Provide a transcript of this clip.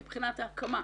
מבחינת ההקמה,